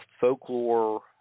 folklore